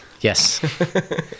Yes